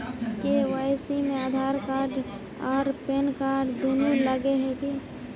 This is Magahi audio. के.वाई.सी में आधार कार्ड आर पेनकार्ड दुनू लगे है की?